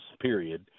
period